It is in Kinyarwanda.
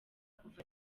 kuva